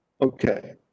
Okay